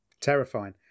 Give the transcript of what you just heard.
terrifying